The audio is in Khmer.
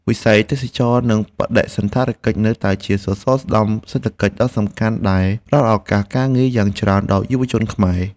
វិស័យទេសចរណ៍និងបដិសណ្ឋារកិច្ចនៅតែជាសសរស្តម្ភសេដ្ឋកិច្ចដ៏សំខាន់ដែលផ្តល់ឱកាសការងារយ៉ាងច្រើនដល់យុវជនខ្មែរ។